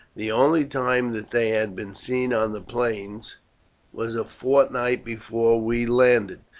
the only time that they have been seen on the plains was a fortnight before we landed,